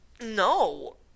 No